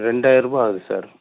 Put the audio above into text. ரெண்டாயிரம் ரூபாய் ஆகுது சார்